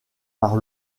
par